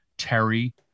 Terry